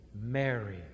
Mary